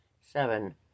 Seven